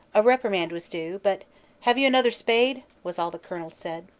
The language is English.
a reprimand was due, but have you another spade? was all the colonel said.